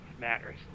matters